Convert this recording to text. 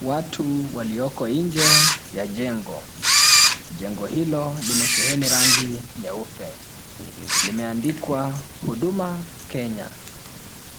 Watu walioko nje ya jengo. Jengo hilo limesheni rangi nyeupe. Limeandikwa huduma kenya.